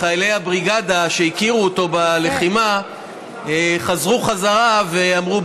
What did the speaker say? חיילי הבריגדה שהכירו אותו בלחימה חזרו בחזרה ואמרו,